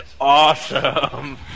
awesome